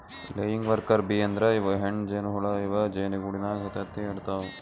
laying worker bee ಅಂದ್ರ ಇವ್ ಹೆಣ್ಣ್ ಜೇನಹುಳ ಇವ್ ಜೇನಿಗೂಡಿನಾಗ್ ತತ್ತಿ ಇಡತವ್